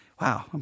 Wow